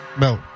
No